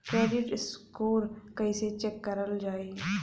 Credit score कइसे check करल जायी?